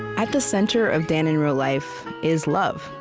at the center of dan in real life is love.